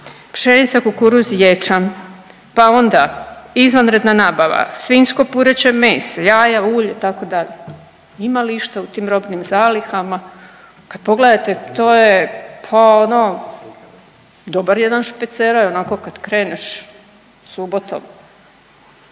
pšenica, kukuruz, ječam, pa onda izvanredna nabava, svinjsko i pureće meso, jaja, ulje itd., ima li išta u tim robnim zalihama? Kad pogledate to je, pa ono dobar jedan špeceraj, onako kad kreneš subotom.